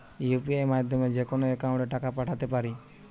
UPI মাধ্যমে যেকোনো একাউন্টে টাকা পাঠাতে পারি?